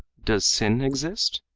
does sin exist?